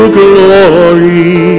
glory